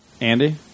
Andy